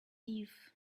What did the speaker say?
eve